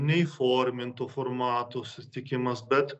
neįforminto formato susitikimas bet